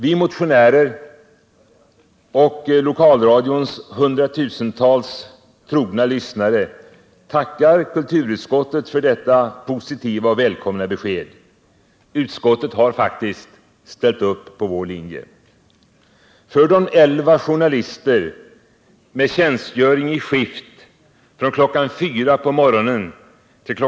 Vi motionärer och lokalradions tusentals trogna lyssnare tackar kulturutskottet för detta positiva och välkomna besked. Utskottet har faktiskt ställt upp på vår linje. För de elva journalister, med tjänstgöring i skift från kl. 04.00 på morgonen till kl.